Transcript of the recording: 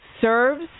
serves